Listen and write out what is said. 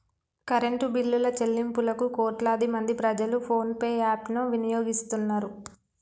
current బిల్లుల చెల్లింపులకు కోట్లాది మంది ప్రజలు ఫోన్ పే యాప్ ను వినియోగిస్తున్నరు